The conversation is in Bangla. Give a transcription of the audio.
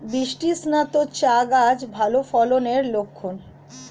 বৃষ্টিস্নাত চা গাছ ভালো ফলনের লক্ষন